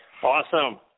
Awesome